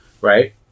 right